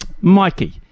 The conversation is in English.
Mikey